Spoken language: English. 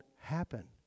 happen